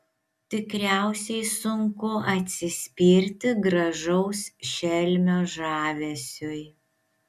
tikriausiai sunku atsispirti gražaus šelmio žavesiui